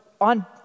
on